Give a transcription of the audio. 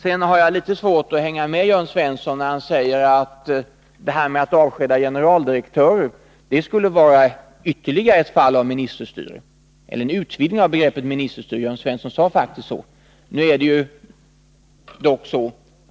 Sedan har jag litet svårt att hänga med Jörn Svensson, när han säger att en möjlighet att avskeda generaldirektörer skulle vara en utvidgning av begreppet ministerstyre — Jörn Svensson sade faktiskt så.